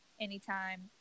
anytime